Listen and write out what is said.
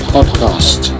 Podcast